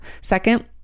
Second